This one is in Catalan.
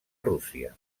rússia